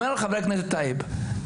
אומר חבר הכנסת טייב,